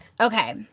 Okay